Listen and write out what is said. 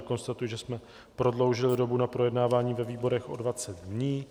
Konstatuji, že jsme prodloužili dobu na projednávání ve výborech o 20 dní.